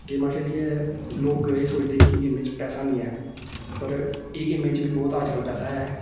गेमां खेलियै लोक एह् सोचदे कि गेमें च पैसा निं ऐ पर एह् गेमें च बी बौह्त अज्जकल पैसा ऐ